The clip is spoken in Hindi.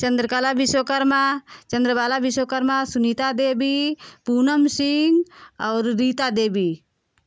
चन्द्रकला विश्वकर्मा चन्द्रबाला विश्वकर्मा सुनीता देवी पूनम सिंह और रीता देवी